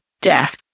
Death